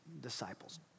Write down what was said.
disciples